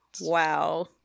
Wow